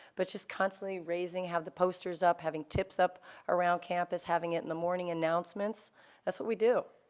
but just constantly raising, have the posters up, having tips up around campus, having it in the morning announcements that's what we do,